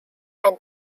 and